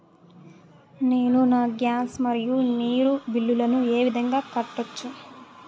నేను నా గ్యాస్, మరియు నీరు బిల్లులను ఏ విధంగా కట్టొచ్చు?